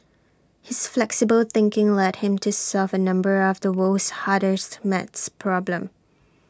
his flexible thinking led him to solve A number of the world's hardest math problems